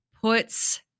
puts